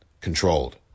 controlled